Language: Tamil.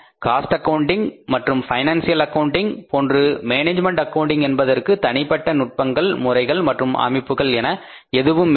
காஸ்ட் அக்கவுண்டிங் மற்றும் பைனான்சியல் அக்கவுண்டிங் போன்று மேனேஜ்மென்ட் அக்கவுண்டிங் என்பதற்கு தனிப்பட்ட நுட்பங்கள் முறைகள் மற்றும் அமைப்புகள் என எதுவுமில்லை